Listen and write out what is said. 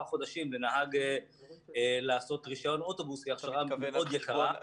חודשים לנהג לעשות רישיון אוטובוס היא הכשרה מאוד יקרה.